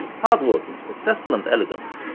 hard-working, successful and elegant,